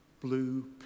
blue